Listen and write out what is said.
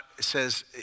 says